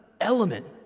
element